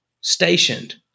stationed